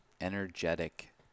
energetic